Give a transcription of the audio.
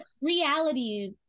Reality